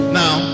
now